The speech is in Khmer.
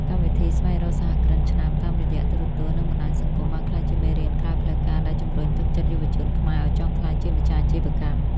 កម្មវិធី "ស្វែងរកសហគ្រិនឆ្នើម" តាមរយៈទូរទស្សន៍ និងបណ្ដាញសង្គម បានក្លាយជាមេរៀនក្រៅផ្លូវការដែលជម្រុញទឹកចិត្តយុវជនខ្មែរឱ្យចង់ក្លាយជាម្ចាស់អាជីវកម្ម។